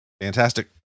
Fantastic